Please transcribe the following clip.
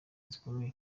zikomeye